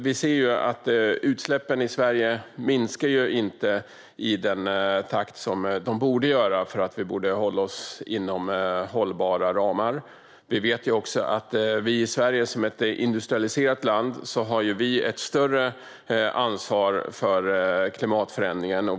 Vi ser att utsläppen i Sverige inte minskar i den takt som de borde göra för att vi ska kunna hålla oss inom hållbara ramar. Vi vet också att vi i Sverige, som är ett industrialiserat land, har ett större ansvar för klimatförändringen.